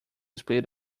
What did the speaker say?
split